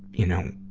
you know,